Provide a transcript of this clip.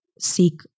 seek